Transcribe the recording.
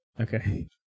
okay